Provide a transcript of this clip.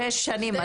שש שנים,